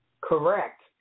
Correct